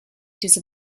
diese